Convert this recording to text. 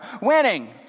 winning